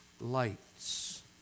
Lights